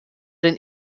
den